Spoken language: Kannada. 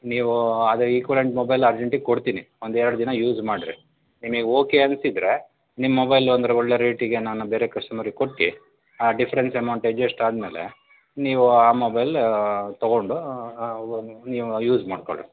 ನೀವು ಅದು ಇಕ್ವಲೆಂಟ್ ಮೊಬೈಲ್ ಅರ್ಜೆಂಟಿಗೆ ಕೊಡ್ತೀನಿ ಒಂದು ಎರಡು ದಿನ ಯೂಸ್ ಮಾಡಿರಿ ನಿಮಗೆ ಓಕೆ ಅನಿಸಿದರೆ ನಿಮ್ಮ ಮೊಬೈಲು ಅಂದರೆ ಒಳ್ಳೆಯ ರೇಟಿಗೆ ನಾನು ಬೇರೆ ಕಸ್ಟಮರಿಗೆ ಕೊಟ್ಟು ಆ ಡಿಫ್ರೆನ್ಸ್ ಅಮೌಂಟ್ ಎಜೆಸ್ಟ್ ಆದಮೇಲೆ ನೀವು ಆ ಮೊಬೈಲ ತೊಗೊಂಡು ನೀವು ಯೂಸ್ ಮಾಡಿಕೊಳ್ರಿ